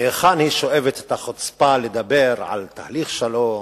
ומהיכן היא שואבת את החוצפה לדבר על תהליך שלום,